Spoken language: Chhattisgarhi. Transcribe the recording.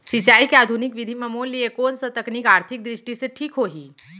सिंचाई के आधुनिक विधि म मोर लिए कोन स तकनीक आर्थिक दृष्टि से ठीक होही?